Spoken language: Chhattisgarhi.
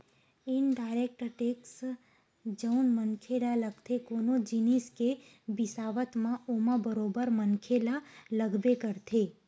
इनडायरेक्ट टेक्स जउन मनखे ल लगथे कोनो जिनिस के बिसावत म ओमा बरोबर मनखे ल लगबे करथे